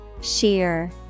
Sheer